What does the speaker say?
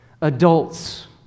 adults